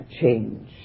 change